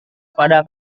pada